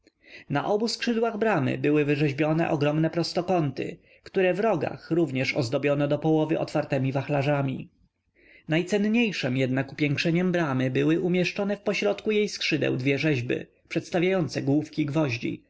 na obu skrzydłach bramy były wyrzeźbione ogromne prostokąty które w rogach również ozdobiono do połowy otwartemi wachlarzami najcenniejszem jednak upiększeniem bramy były umieszczone w pośrodku jej skrzydeł dwie rzeźby przedstawiające główki gwoździ